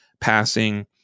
passing